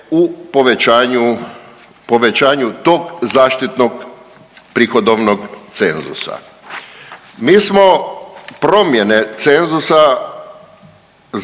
povećan ju tog zaštitnog prihodovnog cenzusa. Mi smo promjene cenzusa za,